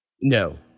No